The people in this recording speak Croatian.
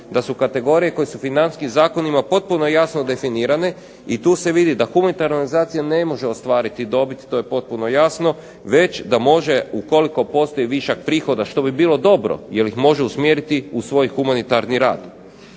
da su kategorije koje su financijskim zakonima potpuno jasno definirane i tu se vidi da humanitarna organizacija ne može ostvariti dobit, to je potpuno jasno, već da može ukoliko postoji višak prihoda što bi bilo dobro jer ih može usmjeriti u svoj humanitarni rad.